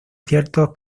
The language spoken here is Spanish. ciertos